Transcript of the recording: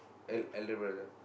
el~ elder brother